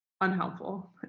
unhelpful